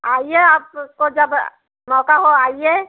आईए आपको जब मौका हो आइए